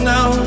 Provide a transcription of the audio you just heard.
Now